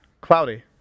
cloudy